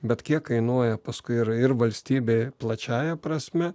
bet kiek kainuoja paskui ir ir valstybei plačiąja prasme